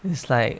is like